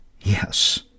yes